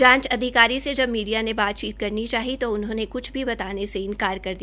जांच अधिकारी से जब मीडिया से करनी चाही तो उन्होंने क्छ भी बताने से इन्कार कर दिया